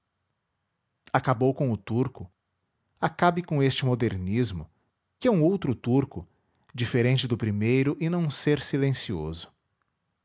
acabou com o turco acabe com este modernismo que é outro turco diferente do primeiro em não ser silencioso